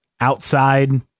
outside